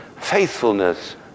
faithfulness